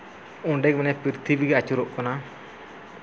ᱚᱸᱰᱮ ᱜᱮ ᱚᱱᱮ ᱯᱤᱨᱛᱷᱤᱵᱤ ᱟᱹᱪᱩᱨᱚᱜ ᱠᱟᱱᱟ